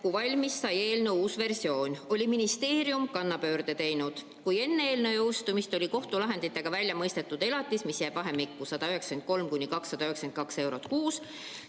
kui valmis sai eelnõu uus versioon, oli ministeerium kannapöörde teinud. "Kui enne eelnõu jõustumist on kohtulahendiga välja mõistetud elatis, mis jääb vahemikku 193 kuni 292 eurot